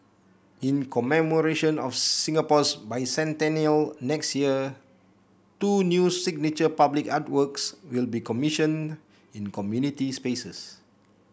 in commemoration of Singapore's Bicentennial next year two new signature public artworks will be commissioned in community spaces